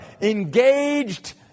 engaged